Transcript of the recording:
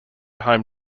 home